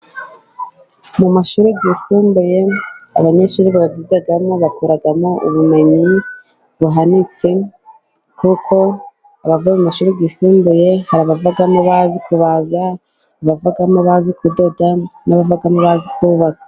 Mu mashuri yisumbuye, abanyeshuri bayigamo bakuramo ubumenyi buhanitse, kuko abavuye mu mashuri yisumbuye, hari abavamo bazi kubaza, hari abavamo bazi kudoda, n'abavamo bazi kubabaka.